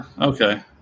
Okay